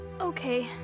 Okay